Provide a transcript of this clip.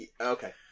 okay